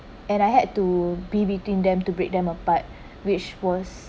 and I had to be between them to break them apart which was